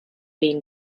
been